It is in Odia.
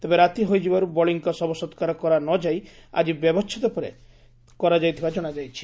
ତେବେ ରାତି ହୋଇଯିବାରୁ ବଳିଙ୍କ ଶବସକାର କରାନଯାଇ ଆଜି ବ୍ୟବଛେଦ ପରେ କରାଯାଇଥିବା ଜଣାଯାଇଛି